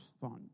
fund